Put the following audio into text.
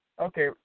Okay